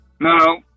No